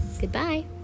Goodbye